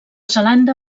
zelanda